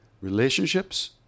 relationships